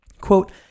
Quote